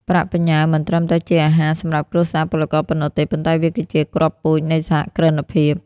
ប្រាក់បញ្ញើមិនត្រឹមតែជា "អាហារ" សម្រាប់គ្រួសារពលករប៉ុណ្ណោះទេ ប៉ុន្តែវាគឺជា "គ្រាប់ពូជ" នៃសហគ្រិនភាព។